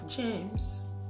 James